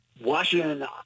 Washington